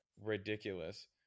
ridiculous